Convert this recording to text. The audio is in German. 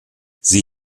sie